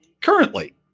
currently